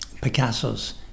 Picasso's